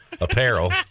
apparel